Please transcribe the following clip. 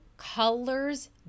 colors